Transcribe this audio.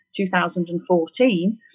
2014